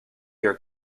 your